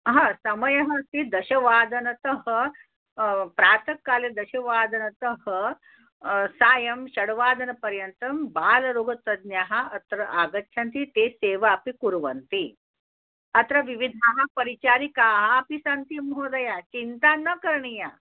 हा समयः अस्ति दशवादनतः प्रातःकाले दशवादनतः सायं षड्वादनपर्यन्तं बालरोगतज्ञाः अत्र आगच्छन्ति ते सेवा अपि कुर्वन्ति अत्र विविधाः परिचारिकाः अपि सन्ति महोदया चिन्ता न करणीया